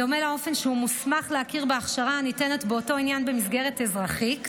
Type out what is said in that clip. בדומה לאופן שהוא מוסמך להכיר בהכשרה הניתנת באותו עניין במסגרת אזרחית.